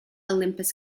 olympus